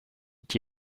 qui